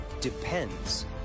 depends